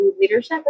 leadership